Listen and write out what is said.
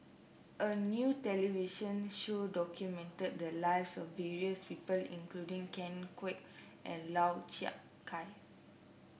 a new television show documented the lives of various people including Ken Kwek and Lau Chiap Khai